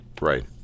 Right